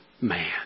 man